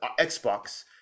Xbox